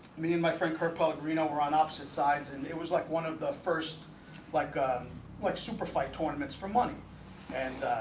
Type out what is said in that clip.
me and my friend kirk pellegrino were on opposite sides and it was like one of the first like like super fight tournaments for money and